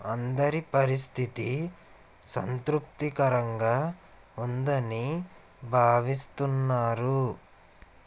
అందరి పరిస్థితి సంతృప్తికరంగా ఉందని భావిస్తున్నారు